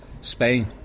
Spain